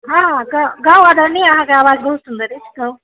हँ तऽ गाउ आदरणीय अहाँके आवाज बहुत सुन्दर अछि गाउ